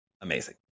amazing